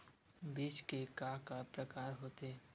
बीज के का का प्रकार होथे?